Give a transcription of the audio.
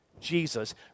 Jesus